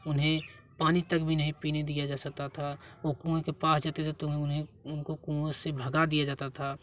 उन्हें पानी तक भी नहीं पीने दिया जा सकता था वो कुएँ के पास जाते थे तो उन्हें उनको कुएँ से भगा दिया जाता था